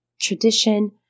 tradition